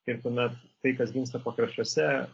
ir tuomet tai kas gimsta pakraščiuose